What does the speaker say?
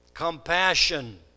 compassion